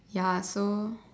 ya so